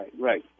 right